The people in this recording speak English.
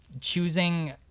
choosing